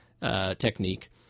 technique